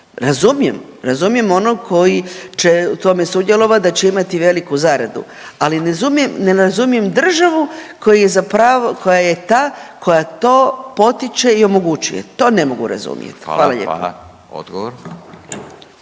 razumijem ono koji će u tome sudjelovati, da će imati veliku zaradu, ali ne razumijem državu koja je zapravo, koja je ta, koja to potiče i omogućuje. To ne mogu razumjeti. Hvala lijepo.